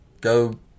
go